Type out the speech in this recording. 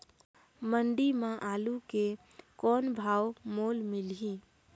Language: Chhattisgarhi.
मंडी म आलू के कौन भाव मोल मिलही?